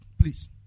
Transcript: please